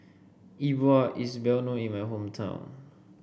E Bua is well known in my hometown